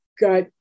got